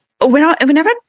Whenever